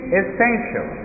essential